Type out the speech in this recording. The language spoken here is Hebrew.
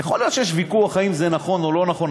יכול להיות שיש ויכוח אם זה נכון או לא נכון,